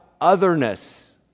otherness